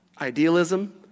idealism